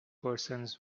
persons